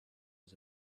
was